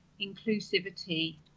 Inclusivity